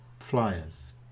flyers